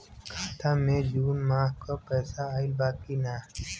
खाता मे जून माह क पैसा आईल बा की ना?